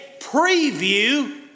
preview